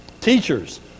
teachers